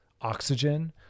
oxygen